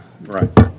Right